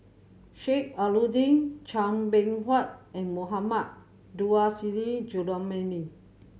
Sheik Alau'ddin Chua Beng Huat and Mohammad Nurrasyid Juraimi